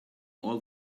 all